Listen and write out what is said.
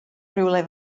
rywle